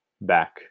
back